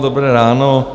Dobré ráno.